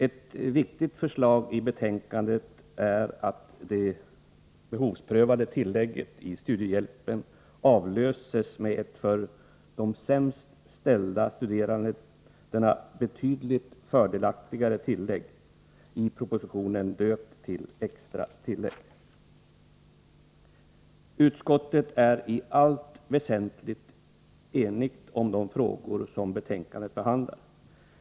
Ett viktigt förslag i betänkandet är att det behovsprövade tillägget i studiehjälpen avlöses med ett för de sämst ställda studerandena betydligt fördelaktigare tillägg, i propositionen döpt till ”extra tillägg”. Utskottet är i allt väsentligt enigt om de frågor som behandlas i betänkandet.